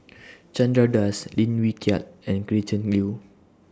Chandra Das Lim Wee Kiak and Gretchen Liu